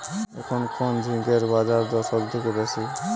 এখন কোন ঝিঙ্গের বাজারদর সবথেকে বেশি?